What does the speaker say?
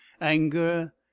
anger